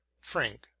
frank